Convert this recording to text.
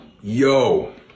yo